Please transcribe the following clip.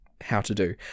how-to-do